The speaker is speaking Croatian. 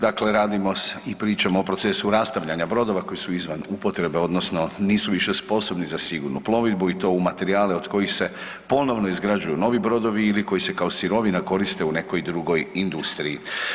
Dakle, radimo i pričamo o procesu rastavljanja brodova koji su izvan upotrebe, odnosno nisu više sposobni za sigurnu plovidbu i to u materijale od kojih se ponovno izgrađuju novi brodovi ili koji se kao sirovina koriste u nekoj drugoj industriji.